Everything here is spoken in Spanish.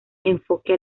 enfoque